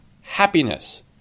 happiness